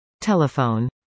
Telephone